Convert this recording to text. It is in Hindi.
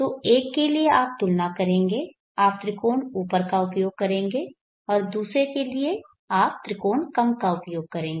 तो एक के लिए आप तुलना करेंगे आप त्रिकोण ऊपर का उपयोग करेंगे और दूसरे के लिए आप त्रिकोण कम का उपयोग करेंगे